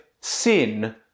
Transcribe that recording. sin